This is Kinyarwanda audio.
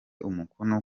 umukono